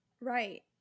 right